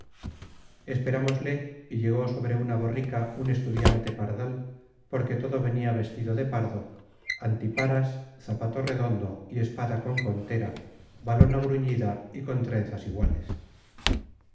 esperamosle y llegó sobre una borrica un estudiante pardal porque tcdo venia vestido de pardo antiparas zapato redondo y espada con contera valona bruñida y con trenzas iguales